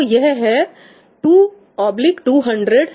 तो यह है 2200 x 109